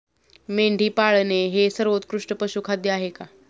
मेंढी पाळणे हे सर्वोत्कृष्ट पशुखाद्य आहे का?